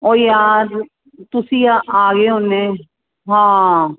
ਓ ਯਾਰ ਤੁਸੀਂ ਆ ਆ ਗਏ ਹੁੰਦੇ ਹਾਂ